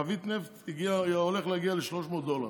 חבית הולכת להגיע ל-300 דולר.